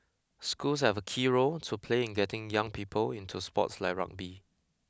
schools have a key role to play in getting young people into sports like rugby